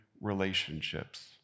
relationships